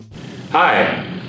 Hi